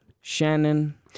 Shannon